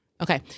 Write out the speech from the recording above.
Okay